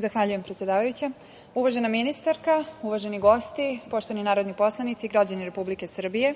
Zahvaljujem, predsedavajuća. Uvažena ministarka, uvaženi gosti, poštovani narodni poslanici, građani Republike Srbije,